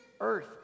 earth